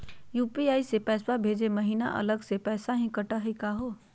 UPI स पैसवा भेजै महिना अलग स पैसवा भी कटतही का हो?